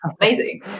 amazing